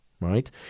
right